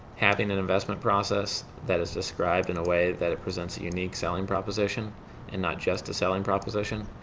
having an investment process that is described in a way that presents a unique selling proposition and not just a selling proposition.